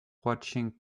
watching